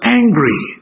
angry